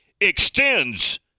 extends